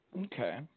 Okay